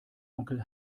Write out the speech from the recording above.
onkel